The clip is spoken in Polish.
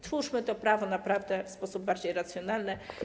Twórzmy to prawo naprawdę w sposób bardziej racjonalny.